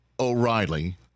O'Reilly